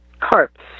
carps